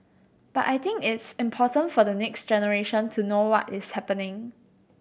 but I think it's important for the next generation to know what is happening